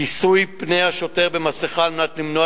כיסוי פני השוטר במסכה על מנת למנוע